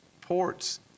ports